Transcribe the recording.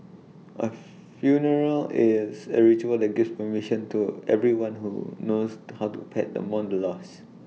A funeral is A ritual that gives permission to everyone who knows the hot to pet the mourn loss